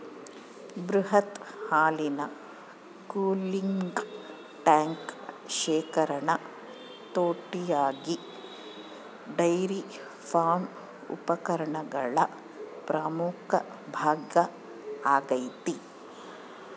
ಬೃಹತ್ ಹಾಲಿನ cooling tank ಶೇಖರಣಾ ತೊಟ್ಟಿಯಾಗಿ ಡೈರಿ ಫಾರ್ಮ್ ಉಪಕರಣಗಳ ಪ್ರಮುಖ ಭಾಗ ಆಗೈತೆ